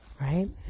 right